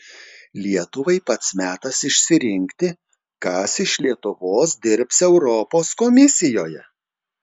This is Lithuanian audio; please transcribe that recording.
lietuvai pats metas išsirinkti kas iš lietuvos dirbs europos komisijoje